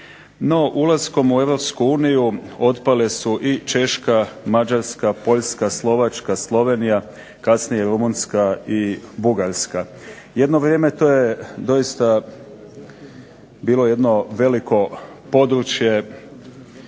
ulaskom u EU otpale su i Češka, Mađarska, Poljska, Slovčaka, Slovenija, kasnije Rumunjska i Bugarska. Jedno vrijeme to je doista bilo jedno veliko područje